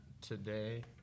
Today